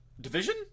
Division